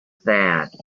that